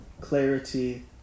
clarity